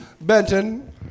benton